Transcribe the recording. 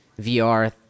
VR